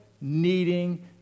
needing